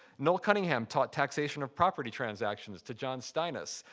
noel cunningham taught taxation of property transactions to john steines.